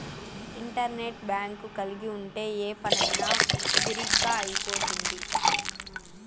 internet bank కలిగి ఉంటే ఏ పనైనా బిరిగ్గా అయిపోతుంది